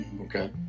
Okay